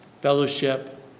Fellowship